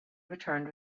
returned